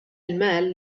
المال